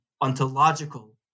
ontological